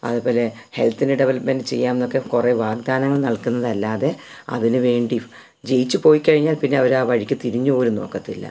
അതുപോലെ ഹെൽത്തിന് ഡവലപ്മെൻ്റ് ചെയ്യാന്നൊക്കെ കുറെ വാഗ്ദാനങ്ങൾ നൽകുന്നതല്ലാതെ അതുനുവേണ്ടി ജയിച്ചു പോയിക്കഴിഞ്ഞാൽപ്പിന്നെ അവരാവഴിക്ക് തിരിഞ്ഞ് പോലും നോക്കത്തില്ല